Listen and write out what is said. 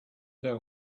their